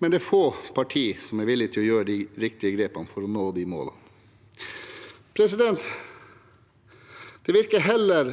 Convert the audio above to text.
men det er få partier som er villig til å gjøre de riktige grepene for å nå de målene. Det virker heller